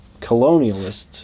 colonialist